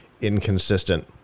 inconsistent